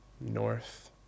north